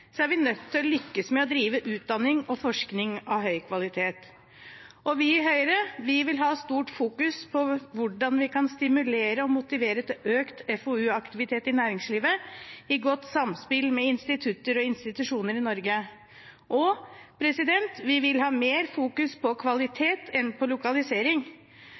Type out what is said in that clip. er vi nødt til å lykkes med å drive utdanning og forskning av høy kvalitet. Vi i Høyre vil ha stort fokus på hvordan vi kan stimulere og motivere til økt FoU-aktivitet i næringslivet, i godt samspill med institutter og institusjoner i Norge. Og vi vil ha mer fokus på kvalitet enn på lokalisering.